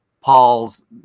Paul's